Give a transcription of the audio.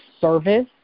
service